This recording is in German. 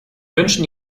wünschen